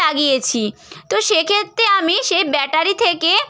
লাগিয়েছি তো সে ক্ষেত্রে আমি সে ব্যাটারি থেকে